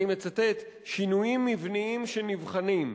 אני מצטט: "שינויים מבניים שנבחנים".